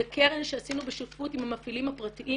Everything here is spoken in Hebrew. זו קרן שעשינו בשותפות עם המפעילים הפרטיים